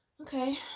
okay